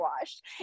washed